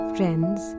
Friends